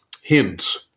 hints